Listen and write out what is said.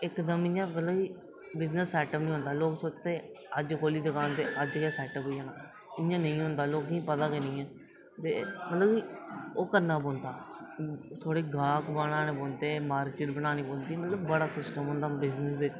ते इक मतलब इ'यां सैट्टअप निं होंदा लोक सोचदे अज्ज खोह्ल्ली दकान ते अज्ज गै सैट्टअप होई जाना इ'यां नेईं होंदा लोकें गी पता ई नेईं ऐ ओह् करना पौंदा थोह्ड़े गाह्क बनाने पौंदे थोह्ड़ी मार्किट बनाना पौंदी बड़ा सिस्टम होंदा बिजनेस बिच